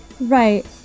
Right